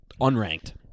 Unranked